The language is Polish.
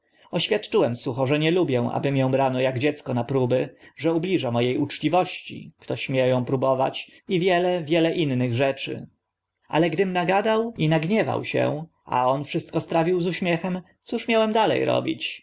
oświadczyłem sucho że nie lubię aby mię brano ak dziecko na próby że ubliża mo e uczciwości kto śmie ą próbować i wiele wiele innych rzeczy ale gdym nagadał i nagniewał się a on wszystko strawił z uśmiechem cóż miałem dale robić